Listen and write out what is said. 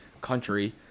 country